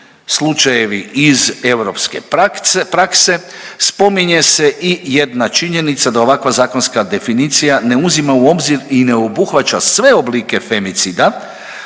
slučajevi iz europske prakse, spominje se i jedna činjenica da ovakva zakonska definicija ne uzima u obzir i ne obuhvaća sve oblike femicida.